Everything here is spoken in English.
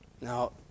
Now